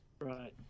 Right